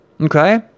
Okay